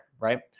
right